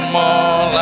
more